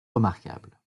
remarquables